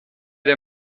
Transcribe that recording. der